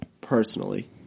personally –